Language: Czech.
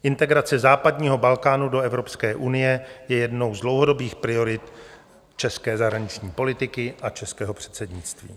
Integrace západního Balkánu do Evropské unie je jednou z dlouhodobých priorit české zahraniční politiky a českého předsednictví.